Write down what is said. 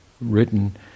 written